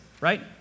right